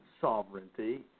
sovereignty